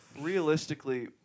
Realistically